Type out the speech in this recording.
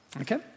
Okay